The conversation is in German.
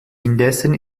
indessen